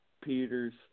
Peters